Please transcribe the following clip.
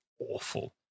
awful